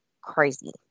crazy